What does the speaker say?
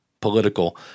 political